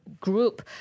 Group